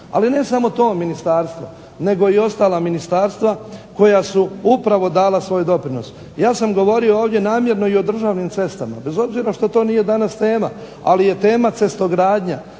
ali ne samo to ministarstvo nego i ostala ministarstva koja su upravo dala svoj doprinos. Ja sam govorio ovdje namjerno i o državnim cestama, bez obzira što to nije danas tema, ali je tema cestogradnja,